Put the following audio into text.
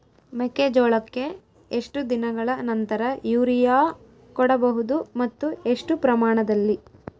ಮೆಕ್ಕೆಜೋಳಕ್ಕೆ ಎಷ್ಟು ದಿನಗಳ ನಂತರ ಯೂರಿಯಾ ಕೊಡಬಹುದು ಮತ್ತು ಎಷ್ಟು ಪ್ರಮಾಣದಲ್ಲಿ?